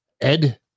Ed